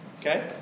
Okay